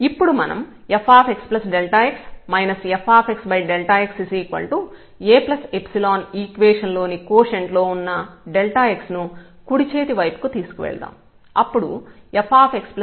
ఇప్పుడు మనం fxx fx A ϵ equation లోని కోషెంట్ లో ఉన్నx ను కుడి చేతి వైపు కు తీసుకువెళ్దాం